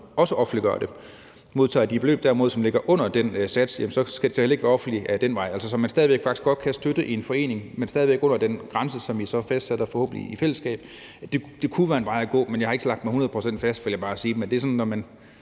også offentliggøre det. Modtager de derimod beløb, som ligger under den sats, jamen så skal det så heller ikke være offentligt ad den vej, så man stadig væk faktisk godt kan støtte en forening, men stadig væk under den grænse, som vi så fastsætter, forhåbentlig i fællesskab. Det kunne være en vej at gå, men jeg har ikke lagt mig hundrede procent fast, vil jeg bare sige. Men når man sådan